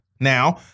Now